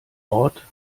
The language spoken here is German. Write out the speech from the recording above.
ort